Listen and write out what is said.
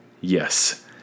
Yes